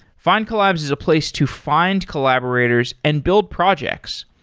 findcollabs is a place to find collaborators and build projects.